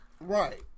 right